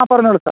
ആ പറഞ്ഞോളൂ സാർ